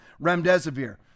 remdesivir